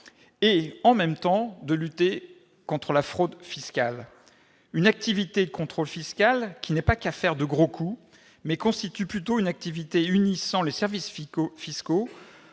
et l'emploi tout en luttant contre la fraude fiscale. Or une activité de contrôle fiscal n'est pas qu'affaire de « gros coups », mais constitue plutôt une activité unissant les services fiscaux,